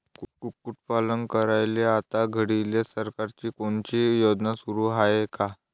कुक्कुटपालन करायले आता घडीले सरकारची कोनची योजना सुरू हाये का?